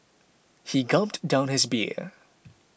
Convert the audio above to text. he gulped down his beer